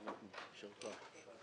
שהוגשו.